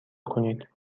کنید